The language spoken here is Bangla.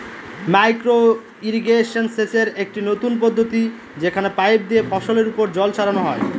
মাইক্র ইর্রিগেশন সেচের একটি নতুন পদ্ধতি যেখানে পাইপ দিয়ে ফসলের ওপর জল ছড়ানো হয়